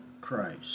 Christ